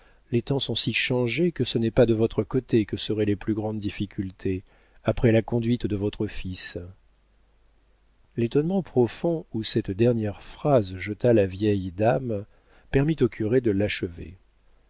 les temps sont si changés que ce n'est pas de votre côté que seraient les plus grandes difficultés après la conduite de votre fils l'étonnement profond où cette dernière phrase jeta la vieille dame permit au curé de l'achever